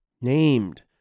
named